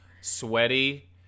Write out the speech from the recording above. sweaty